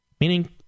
meaning